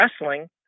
wrestling